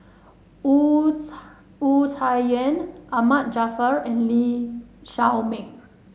Wu Tsai Wu Tsai Yen Ahmad Jaafar and Lee Shao Meng